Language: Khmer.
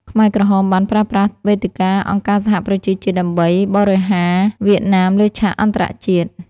ខ្មែរក្រហមបានប្រើប្រាស់វេទិកាអង្គការសហប្រជាជាតិដើម្បីបរិហារវៀតណាមលើឆាកអន្តរជាតិ។